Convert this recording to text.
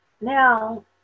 Now